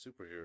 superhero